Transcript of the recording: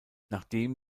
nachdem